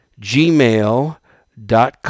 gmail.com